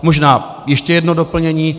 Možná ještě jedno doplnění.